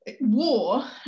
war